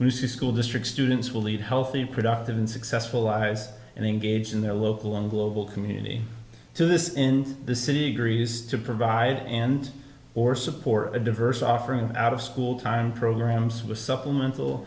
new school district students will lead healthy productive and successful eyes and engage in their local and global community to this in the city agrees to provide and or support a diverse offering out of school time programs with supplemental